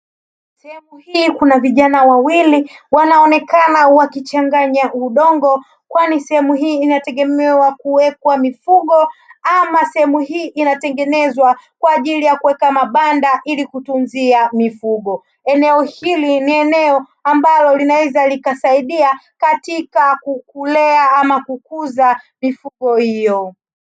Sehemu hii kuna vijana wawili, wanaonekana wakichanganya udongo, kwani sehemu hii inategemewa kuwekwa mifugo, ama sehemu hii inatengenezwa kwa ajili ya kuweka mabanda ili kutunzia mifugo. Eneo hili ni eneo ambalo linaweza likasaidia katika kulea ama kukuza mifugo hiyo.